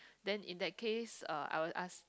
then in that case uh I will ask